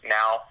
now